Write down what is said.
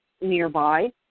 nearby